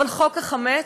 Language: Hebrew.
אבל חוק החמץ,